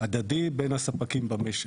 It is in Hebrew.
הדדי בין הספקים במשק.